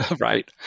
right